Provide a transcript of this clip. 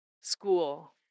school